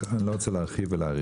אני לא רוצה להרחיב ולהאריך.